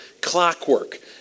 clockwork